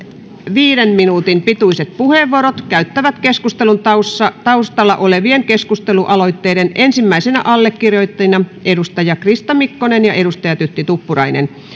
viiden minuutin pituiset puheenvuorot käyttävät keskustelun taustalla taustalla olevien keskustelualoitteiden ensimmäiset allekirjoittajat krista mikkonen ja tytti tuppurainen